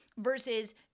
versus